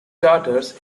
daughters